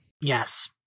Yes